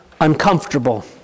uncomfortable